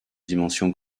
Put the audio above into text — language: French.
dimensions